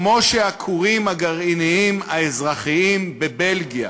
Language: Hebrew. כמו שהכורים הגרעיניים האזרחיים בבלגיה